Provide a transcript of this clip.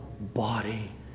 body